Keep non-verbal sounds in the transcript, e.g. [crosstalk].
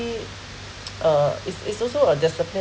[noise] uh it's it's also a discipline